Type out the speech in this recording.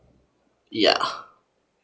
ya